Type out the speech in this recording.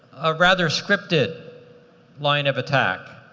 a rather scripted line of attack.